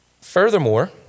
Furthermore